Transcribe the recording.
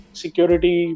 security